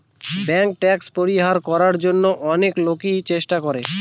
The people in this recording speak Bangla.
ব্যাঙ্ক ট্যাক্স পরিহার করার জন্য অনেক লোকই চেষ্টা করে